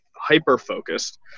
hyper-focused